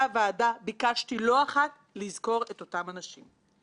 שיטתי לחברות האחזקה ולא לחברות התפעוליות שמתחתן,